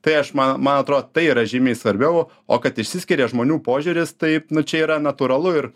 tai aš man man atrodo tai yra žymiai svarbiau o kad išsiskiria žmonių požiūris taip nu čia yra natūralu ir